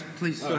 please